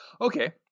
Okay